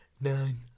nine